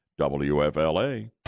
WFLA